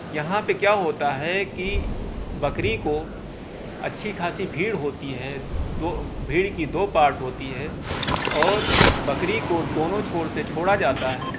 یہاں پہ کیا ہوتا ہے کہ بکری کو اچھی خاصی بھیڑ ہوتی ہے دو بھیڑ کی دو پارٹ ہوتی ہے اور بکری کو دونوں چھور سے چھوڑا جاتا ہے